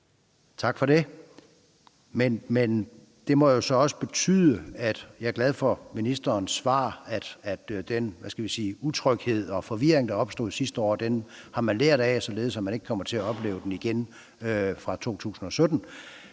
Tak for det. Det må så også betyde noget. Jeg er glad for ministerens svar om, at den utryghed og forvirring, der opstod sidste år, har regeringen lært af, således vi ikke kommer til at opleve den igen fra 2017.